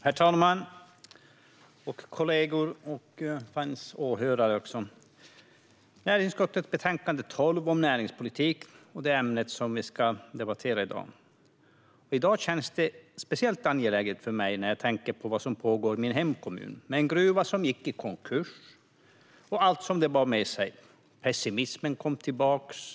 Herr talman! Kollegor och åhörare! Det är näringsutskottets betänkande 12 Näringspolitik som vi ska debattera i dag. Det känns speciellt angeläget för mig i dag. Jag tänker på vad som pågår i min hemkommun med en gruva som gick i konkurs och allt som det bar med sig. Pessimismen kom tillbaka.